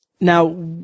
now